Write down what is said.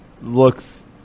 looks